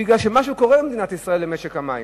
בגלל מה שקורה במדינת ישראל למשק המים.